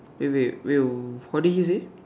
eh wait wait what did he say